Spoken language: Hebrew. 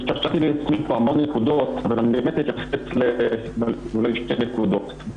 --- המון נקודות, אבל אני אתייחס לשתי נקודות.